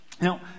Now